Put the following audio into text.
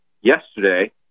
yesterday